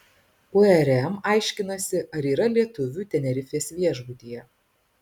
urm aiškinasi ar yra lietuvių tenerifės viešbutyje